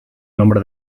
nombre